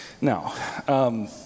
Now